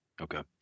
Okay